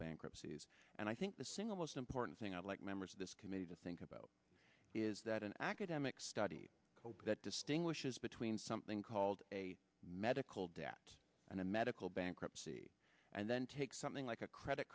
bankruptcies and i think the single most important thing i'd like members of this committee to think about is that an academic study that distinguishes between something called a medical debt and a medical bankruptcy and then take something like a credit